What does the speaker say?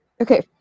Okay